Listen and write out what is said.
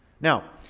Now